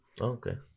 Okay